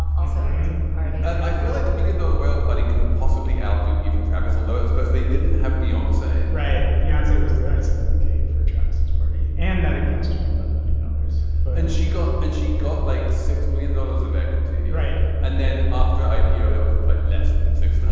also the party and i feel like the billion dollar whale party can possibly outdo even travis although i suppose they didn't have beyond say right fiancee was the icing on the cake for travis's party and that it cost twenty five million dollars and she got and she got like six million dollars of equity right. and then after ipo that was like less than six.